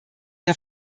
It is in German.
der